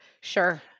Sure